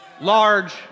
Large